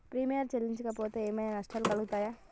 Premium చెల్లించకపోతే ఏమైనా నష్టాలు కలుగుతయా?